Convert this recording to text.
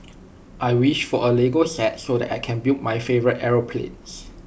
I wished for A Lego set so that I can build my favourite aeroplanes